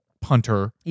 punter